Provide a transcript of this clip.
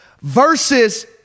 versus